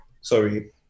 sorry